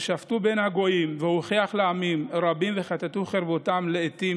"ושפט בין הגויִם והוכיח לעמים רבים וכִתתו חרבותם לאִתים